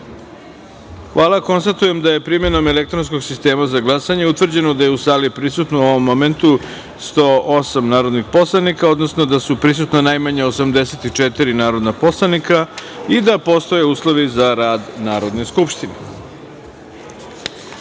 jedinice. Konstatujem da je, primenom elektronskog sistema za glasanje, utvrđeno da je u sali prisutno u ovom momentu 108 narodnih poslanika, odnosno da su prisutna najmanje 84 narodna poslanika i da postoje uslovi za rad Narodne skupštine. Da